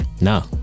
No